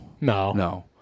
No